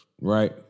right